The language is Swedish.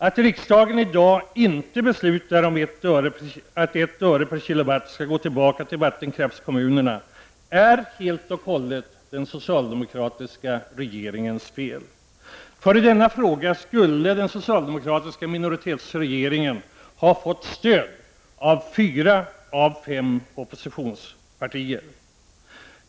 Att riksdagen i dag inte beslutar att 1 öre/kWh skall gå tillbaka till vattenkraftskommunerna, så att säga, är helt och hållet den socialdemokratiska regeringens fel. I denna fråga skulle den socialdemokratiska minoritetsregeringen nämligen fått stöd av fyra av fem oppositionspartier.